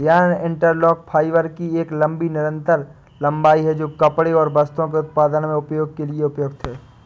yarn interlock fibre की एक लंबी निरंतर लंबाई है, जो कपड़े और वस्त्रों के उत्पादन में उपयोग के लिए उपयुक्त है